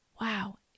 wow